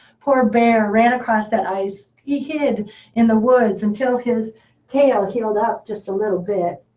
poor bear ran across that ice. he hid in the woods until his tail healed up just a little bit.